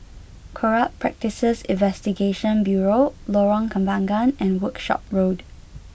Corrupt Practices Investigation Bureau Lorong Kembangan and Workshop Road